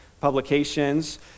publications